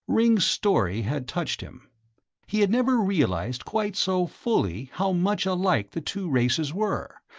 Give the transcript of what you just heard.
ringg's story had touched him he had never realized quite so fully how much alike the two races were,